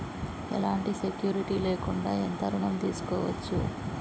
ఎలాంటి సెక్యూరిటీ లేకుండా ఎంత ఋణం తీసుకోవచ్చు?